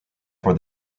for